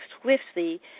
swiftly